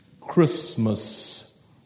Christmas